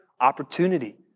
opportunity